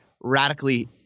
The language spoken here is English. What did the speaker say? radically